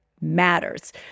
matters